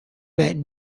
met